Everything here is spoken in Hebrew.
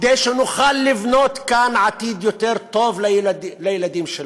כדי שנוכל לבנות כאן עתיד יותר טוב לילדים שלנו.